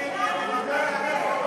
למה נגד?